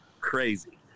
crazy